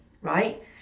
right